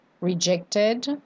Rejected